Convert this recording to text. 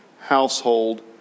household